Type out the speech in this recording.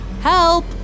Help